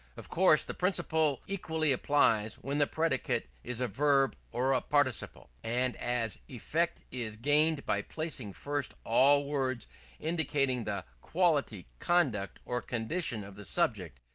of course the principle equally applies when the predicate is a verb or a participle. and as effect is gained by placing first all words indicating the quality, conduct or condition of the subject,